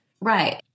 Right